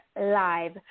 live